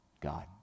God